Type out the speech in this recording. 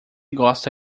gosta